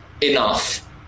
enough